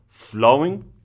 flowing